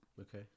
Okay